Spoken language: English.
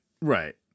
Right